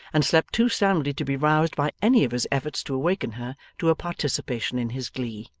and slept too soundly to be roused by any of his efforts to awaken her to a participation in his glee.